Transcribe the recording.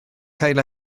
cael